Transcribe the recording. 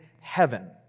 heaven